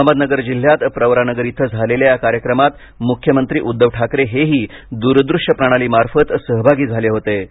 अहमदनगर जिल्ह्यात प्रवरानगर इथं झालेल्या या कार्यक्रमात मुख्यमंत्री उद्दव ठाकरे हेही दूरदृष्य प्रणाली मार्फत सहभागी झाले होतो